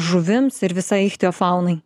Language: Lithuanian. žuvims ir visai ichtiofaunai